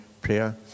prayer